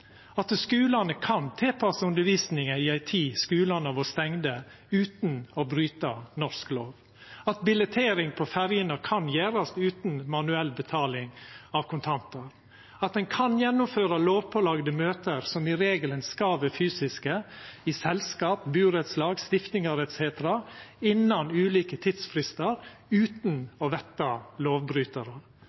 at skulane kan tilpassa undervisninga i ei tid då skulane har vore stengde, utan å bryta norsk lov, at billettering på ferjene kan gjerast utan manuell betaling av kontantar, at ein kan gjennomføra lovpålagde møte som i regelen skal vera fysiske, i selskap, burettslag, stiftingar etc., innan ulike tidsfristar, utan å verta lovbrytarar